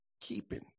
keeping